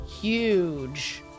huge